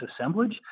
assemblage